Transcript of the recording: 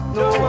no